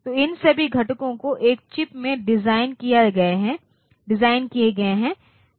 तो इन सभी घटकों को एक चिप में डिज़ाइन किए गए हैं